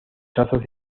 trazos